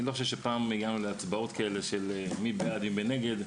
אני לא חושב שפעם הגענו להצבעות מי בעד ומי נגד.